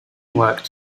worked